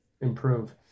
improve